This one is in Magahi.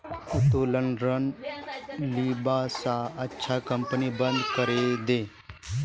उत्तोलन ऋण लीबा स अच्छा कंपनी बंद करे दे